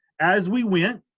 as we went,